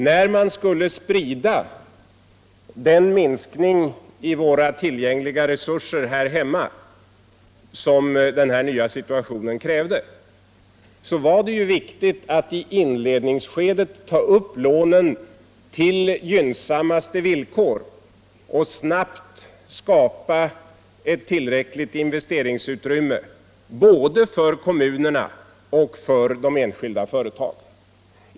När man skulle sprida den minskning av våra tillgängliga resurser här hemma som den nya situationen krävde var det viktigt att i inledningsskedet ta upp lånen till gynnsammaste Nr 40 villkor och snabbt skapa ett tillräckligt investeringsutrymme både för kommunerna och för de enskilda företagen.